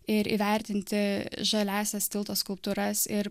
ir įvertinti žaliąsias tilto skulptūras ir